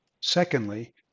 Secondly